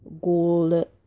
gold